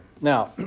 Now